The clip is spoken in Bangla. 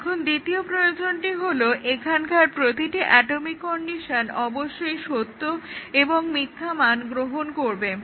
এখন দ্বিতীয় প্রয়োজনটি হলো এখানকার প্রতিটি অ্যাটমিক কন্ডিশন অবশ্যই সত্য এবং মিথ্যা মান গ্রহণ করবে